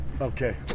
Okay